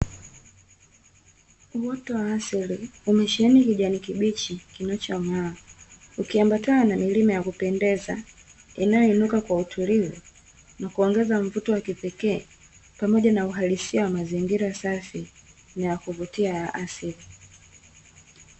Uwoto wa asili umesheheni kijani kibichi kinachong'aa ukiambatana na milima ya kupendeza inayoinuka kwa utulivu na kuongeza mvuto wa kipekee pamoja na uhalisia wa mazingira safi na ya kuvutia ya asili .